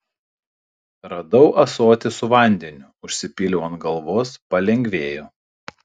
radau ąsotį su vandeniu užsipyliau ant galvos palengvėjo